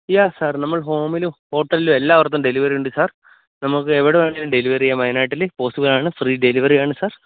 യാ sir നമ്മള് ഹോമിലും ഹോട്ടലിലും എല്ലാഇടത്തും ഡെലിവറി ഉണ്ട് സാര് നമുക്ക് എവിടെ വേണമെങ്കിലും ഡെലിവറി ചെയ്യാം വയനാട്ടിൽ പോസ്സിബില് ആണ് ഫ്രീ ഡെലിവറി ആണ് സാര്